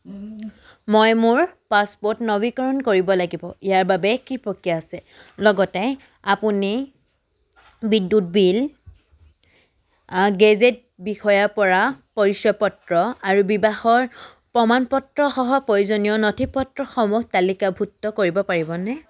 মই মোৰ পাছপোৰ্ট নৱীকৰণ কৰিব লাগিব ইয়াৰ বাবে কি প্ৰক্ৰিয়া আছে লগতে আপুনি বিদ্যুৎ বিল গেজেটেড বিষয়াৰপৰা পৰিচয় পত্ৰ আৰু বিবাহৰ প্ৰমাণপত্ৰ সহ প্ৰয়োজনীয় নথিপত্ৰসমূহ তালিকাভুক্ত কৰিব পাৰিবনে